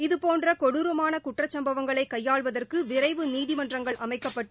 இதுபோன்ற கொடுரமான குற்றச்சம்பவங்களை கையாள்வதற்கு விரைவு நீதிமன்றங்கள் அமைக்கப்பட்டு